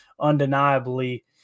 Undeniably